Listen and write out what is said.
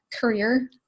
career